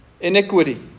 iniquity